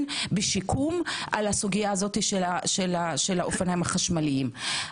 בשיקום על הסוגיה הזו של האופניים החשמליים.